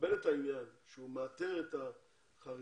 קבל את העניין שהוא מאתר את החרדים,